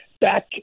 back